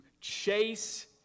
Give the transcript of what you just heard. chase